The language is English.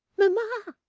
mama!